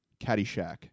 Caddyshack